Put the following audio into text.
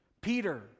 Peter